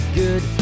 good